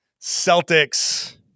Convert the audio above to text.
Celtics